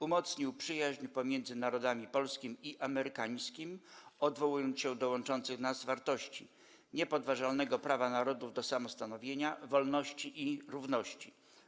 Umocnił przyjaźń pomiędzy Narodami Polskim i Amerykańskim, odwołując się do łączących nas wartości: niepodważalnego prawa narodów do samostanowienia, wolności i równości.